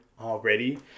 already